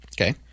Okay